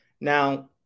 Now